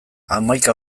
hamaika